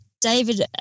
David